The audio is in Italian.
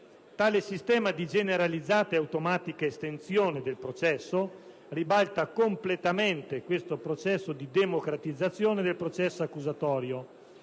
Tale sistema di generalizzata ed automatica estinzione del processo ribalta completamente questo processo di democratizzazione del processo accusatorio,